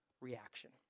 reaction